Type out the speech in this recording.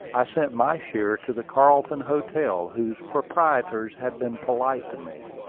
i sent my share to the carlton hotel, whose proprietors had been polite to me.